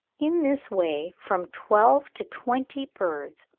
in this way from twelve to twenty birds,